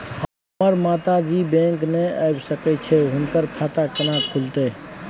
हमर माता जी बैंक नय ऐब सकै छै हुनकर खाता केना खूलतै?